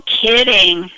kidding